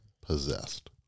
possessed